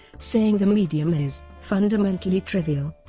saying the medium is fundamentally trivial.